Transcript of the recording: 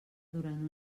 durant